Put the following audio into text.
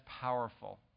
powerful